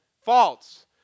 False